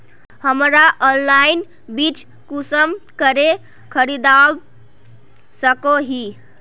हमरा ऑनलाइन बीज कुंसम करे खरीदवा सको ही?